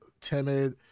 timid